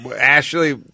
Ashley